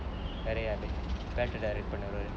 வேற யாரு பேட்ட:vera yaaru petta direct பண்ணுவார்:pannuvaar